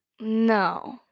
No